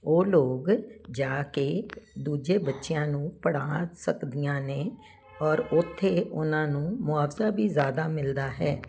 ਉਹ ਲੋਕ ਜਾ ਕੇ ਦੂਜੇ ਬੱਚਿਆਂ ਨੂੰ ਪੜ੍ਹਾ ਸਕਦੀਆਂ ਨੇ ਔਰ ਉੱਥੇ ਉਹਨਾਂ ਨੂੰ ਮੁਆਵਜ਼ਾ ਵੀ ਜ਼ਿਆਦਾ ਮਿਲਦਾ ਹੈ